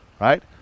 right